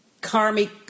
karmic